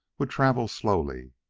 would travel slowly,